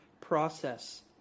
process